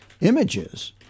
images